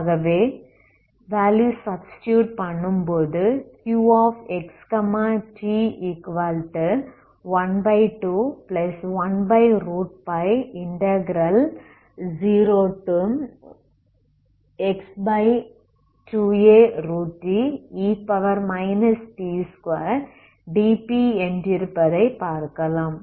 ஆகவே மற்றும் value substitute பண்ணும்போது Qxt1210x2αte p2dp என்றிருப்பதை பார்க்கலாம்